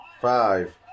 Five